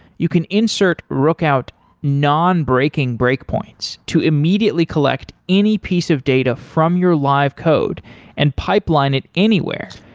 you can insert rookout non-breaking breakpoints to immediately collect any piece of data from your live code and pipeline it anywhere.